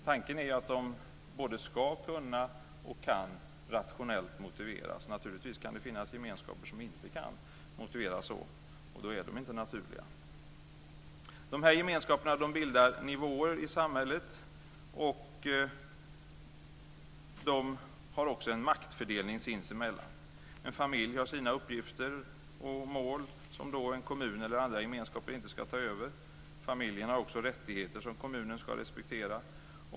Tanken är att de både ska kunna och kan rationellt motiveras. Naturligtvis kan det finnas gemenskaper som inte kan motiveras så, och då är de inte naturliga. Dessa gemenskaper bildar nivåer i samhället, och de har också en maktfördelning sinsemellan. En familj har sina uppgifter och mål, som en kommun eller andra gemenskaper inte ska ta över. Familjen har också rättigheter som kommunen ska respektera.